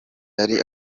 yari